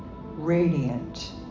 radiant